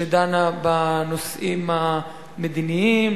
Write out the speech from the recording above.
שדנה בנושאים המדיניים,